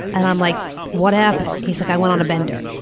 and i'm like, what happened? he's like, i went on a bender.